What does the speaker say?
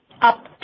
up